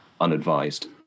unadvised